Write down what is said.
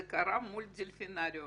זה קרה מול הדולפינריום